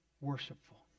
worshipful